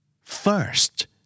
First